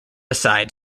aside